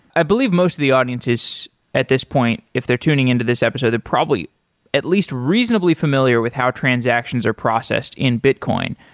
i believe most of the audience is at this point if they're tuning in to this episode, they probably at least reasonably familiar with how transactions are processed in bitcoin.